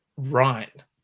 Right